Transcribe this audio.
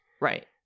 Right